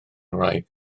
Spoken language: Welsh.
wraig